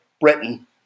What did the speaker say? Britain